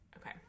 Okay